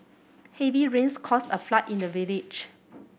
heavy rains caused a flood in the village